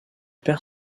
perd